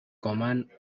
command